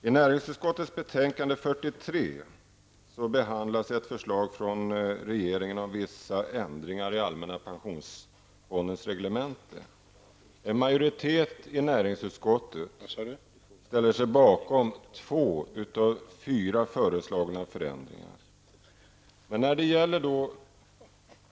I näringsutskottets betänkande 43 behandlas ett förslag från regeringen om vissa ändringar i allmänna pensionsfondens reglemente. En majoritet i näringsutskottet ställer sig bakom två av fyra föreslagna förändringar.